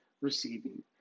receiving